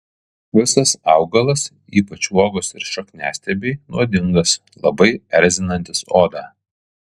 visas augalas ypač uogos ir šakniastiebiai nuodingas labai erzinantis odą